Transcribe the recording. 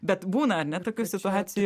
bet būna ar ne tokių situacijų